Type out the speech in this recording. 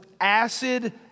acid